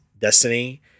destiny